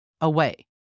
Away